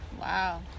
Wow